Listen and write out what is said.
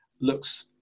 looks